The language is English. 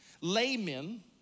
laymen